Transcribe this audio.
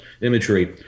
Imagery